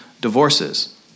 divorces